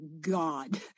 god